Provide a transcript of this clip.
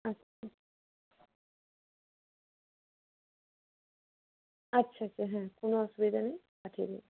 আচ্ছা আচ্ছা আচ্ছা হ্যাঁ কোনো অসুবিধা নেই পাঠিয়ে দেব